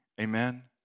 Amen